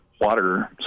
water